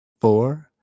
Four